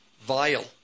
vile